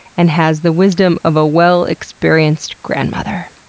and has the wisdom of a well-experienced grandmother.